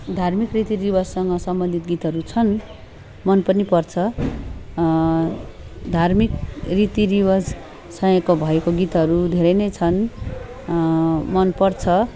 धार्मिक रीतिरिवाजसँग सम्बन्धित गीतहरू छन् मन पनि पर्छ धार्मिक रीतिरिवाज सहको भएको गीतहरू धेरै नै छन् मनपर्छ